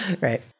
right